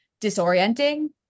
disorienting